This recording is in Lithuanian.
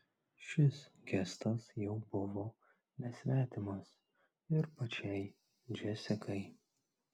šis gestas jau buvo nesvetimas ir pačiai džesikai